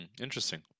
interesting